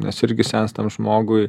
nes irgi senstant žmogui